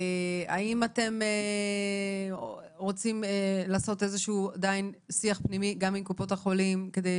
האם אתם רוצים לעשות עדיין שיח פנימי גם עם קופות החולים כדי